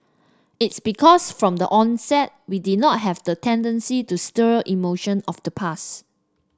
it's because from the onset we did not have the tendency to stir emotion of the past